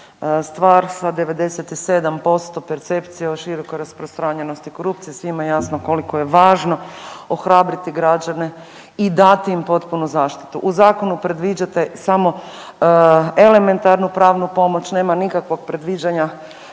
stvar sa 97% percepcije o široko rasprostranjenosti korupcije svima je jasno koliko je važno ohrabriti građane i dati im potpunu zaštitu. U zakonu predviđate samo elementarnu pravnu pomoć, nema nikakvog predviđanja